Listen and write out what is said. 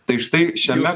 tai štai šiame